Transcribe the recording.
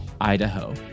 Idaho